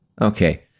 Okay